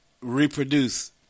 reproduce